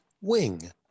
wing